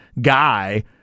guy